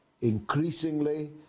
increasingly